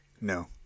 No